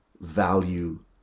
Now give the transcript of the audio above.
value